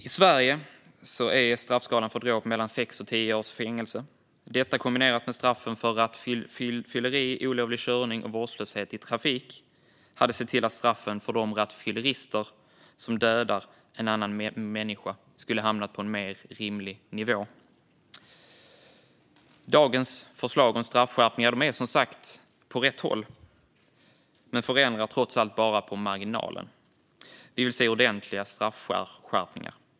I Sverige är straffskalan för dråp mellan sex och tio års fängelse. Det kombinerat med straffen för rattfylleri, olovlig körning och vårdslöshet i trafik skulle kunna se till att straffen för de rattfyllerister som dödar en annan människa skulle hamna på en mer rimlig nivå. Dagens förslag om straffskärpningar går som sagt åt rätt håll, men de förändrar trots allt bara på marginalen. Vi vill se ordentliga straffskärpningar.